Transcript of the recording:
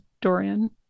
Dorian